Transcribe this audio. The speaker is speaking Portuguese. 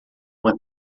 uma